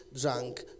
Drunk